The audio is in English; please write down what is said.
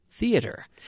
Theater